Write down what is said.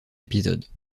épisodes